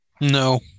No